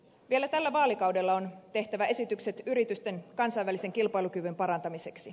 vielä tällä vaalikaudella on tehtävä esitykset yritysten kansainvälisen kilpailukyvyn parantamiseksi